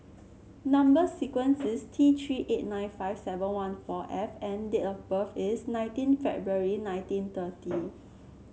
number sequence is T Three eight nine five seven one four F and date of birth is nineteen February nineteen thirty